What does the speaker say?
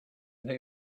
they